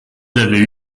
avaient